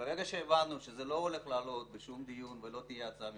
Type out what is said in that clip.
וברגע שהבנו שזה לא הולך להעלות בשום דיון ולא תהיה הצעה ממשלתית,